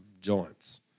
joints